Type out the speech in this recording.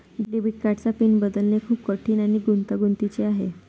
debit कार्डचा pin बदलणे खूप कठीण आणि गुंतागुंतीचे आहे